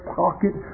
pocket